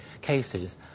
cases